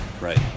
Right